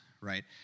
Right